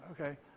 Okay